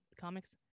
comics